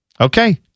Okay